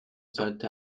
sollte